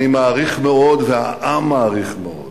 אני מעריך מאוד והעם מעריך מאוד